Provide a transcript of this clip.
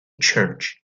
church